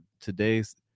today's